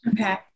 Okay